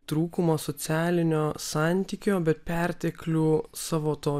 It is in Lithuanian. trūkumą socialinio santykio bet perteklių savo to